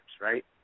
right